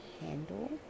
handle